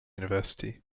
university